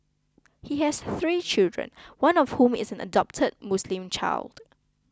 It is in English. he has three children one of whom is an adopted Muslim child